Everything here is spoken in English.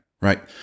right